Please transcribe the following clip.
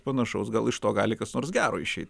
panašaus gal iš to gali kas nors gero išeit